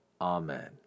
Amen